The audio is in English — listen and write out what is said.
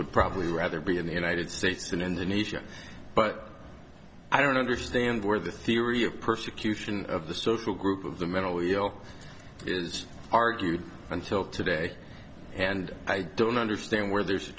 would probably rather be in the united states in indonesia but i don't understand where the theory of persecution of the social group of the mentally ill is argued until today and i don't understand where there's a